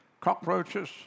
cockroaches